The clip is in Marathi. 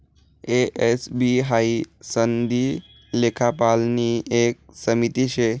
ए, एस, बी हाई सनदी लेखापालनी एक समिती शे